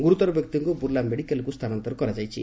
ଗୁରୁତର ବ୍ୟକ୍ତିଙ୍କୁ ବୁର୍ଲା ମେଡ଼ିକାଲକୁ ସ୍ଥାନାନ୍ତର କରାଯାଇଛି